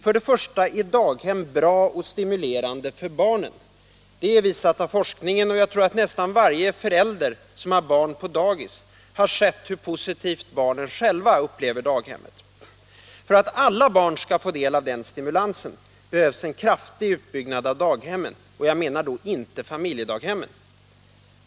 För det första är daghem bra och stimulerande för barnen. Det är visat av forskningen, och jag tror att nästan varje förälder som har barn på dagis har sett hur positivt barnen själva upplever daghemmet. För att alla barn skall få del av den stimulansen behövs en kraftig utbyggnad av daghemmen — och jag menar då inte familjedaghemmen.